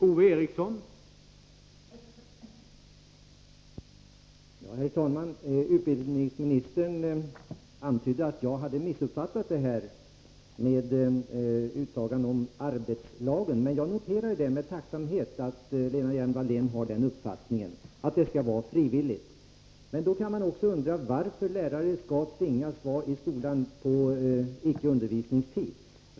Herr talman! Utbildningsministern antydde att jag hade missuppfattat utsagan om arbetslagen. Jag noterar med tacksamhet att Lena Hjelm-Wallén har den uppfattningen att det skall vara frivilligt. Men då kan man också undra varför lärare skall tvingas vara i skolan på icke undervisningstid.